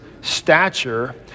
stature